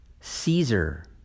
Caesar